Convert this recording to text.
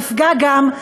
נפגע גם,